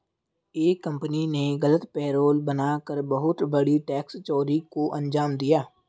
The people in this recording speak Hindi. एक कंपनी ने गलत पेरोल बना कर बहुत बड़ी टैक्स चोरी को अंजाम दिया